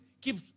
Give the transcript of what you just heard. Keep